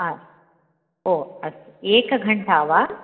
हा ओ अस्तु एकघण्टा वा